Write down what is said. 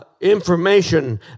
information